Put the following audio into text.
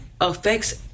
affects